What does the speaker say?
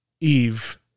Eve